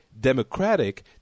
democratic